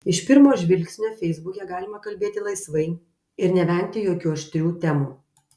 iš pirmo žvilgsnio feisbuke galima kalbėti laisvai ir nevengti jokių aštrių temų